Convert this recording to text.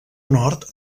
nord